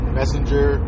messenger